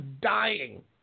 dying